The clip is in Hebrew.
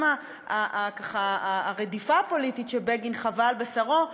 גם הרדיפה הפוליטית שבגין חווה על בשרו,